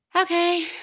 Okay